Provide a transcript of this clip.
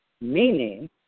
meaning